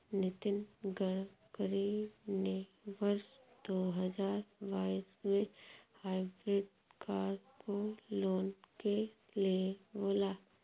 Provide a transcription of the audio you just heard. नितिन गडकरी ने वर्ष दो हजार बाईस में हाइब्रिड कार को लाने के लिए बोला